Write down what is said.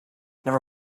never